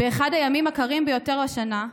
באחד הימים הקרים ביותר השנה,